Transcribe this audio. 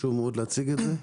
חשוב מאוד להציג את זה.